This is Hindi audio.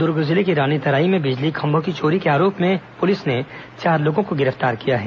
द्र्ग जिले के रानीतराई में बिजली खंभों की चोरी के आरोप में पुलिस ने चार लोगों को गिरफ्तार किया है